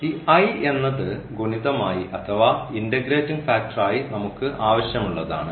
ഈ എന്നത് ഗുണിതമായി അഥവാ ഇന്റഗ്രേറ്റിംഗ് ഫാക്ടർ ആയി നമുക്ക് ആവശ്യമുള്ളതാണ്